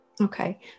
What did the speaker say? Okay